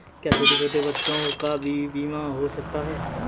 क्या छोटे छोटे बच्चों का भी बीमा हो सकता है?